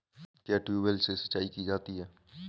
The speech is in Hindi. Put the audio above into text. क्या ट्यूबवेल से सिंचाई की जाती है?